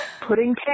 putting